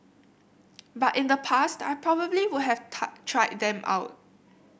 but in the past I probably would have tie tried them out